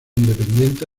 independiente